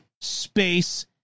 space